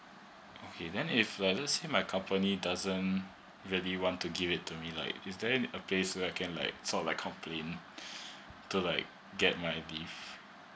okay then if let's say my company doesn't really want to give it to me like is there a place where I can like sort like complain to like get my leave